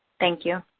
thank you.